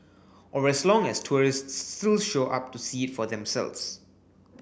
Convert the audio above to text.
or as long as tourists still show up to see it for themselves